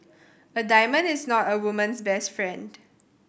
a diamond is not a woman's best friend